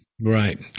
Right